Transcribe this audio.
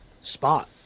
spot